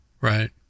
Right